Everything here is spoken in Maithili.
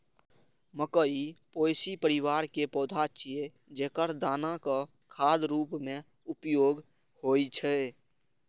मकइ पोएसी परिवार के पौधा छियै, जेकर दानाक खाद्य रूप मे उपयोग होइ छै